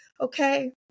okay